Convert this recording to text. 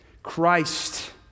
Christ